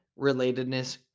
relatedness